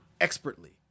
expertly